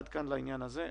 עד כאן לעניין הזה.